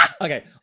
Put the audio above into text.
okay